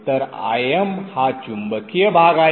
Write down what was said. तर Im हा चुंबकीय भाग आहे